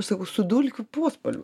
aš sakau su dulkių pospalviu